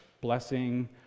blessing